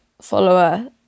follower